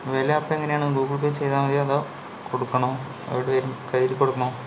വില അപ്പം എങ്ങനെയാണ് ഗൂഗിൾ പേ ചെയ്താൽ മതിയോ അതോ കൊടുക്കണോ അവരുടെ കയ്യിൽ കൊടുക്കണോ